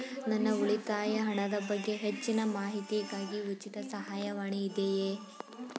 ನನ್ನ ಉಳಿತಾಯ ಹಣದ ಬಗ್ಗೆ ಹೆಚ್ಚಿನ ಮಾಹಿತಿಗಾಗಿ ಉಚಿತ ಸಹಾಯವಾಣಿ ಇದೆಯೇ?